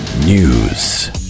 news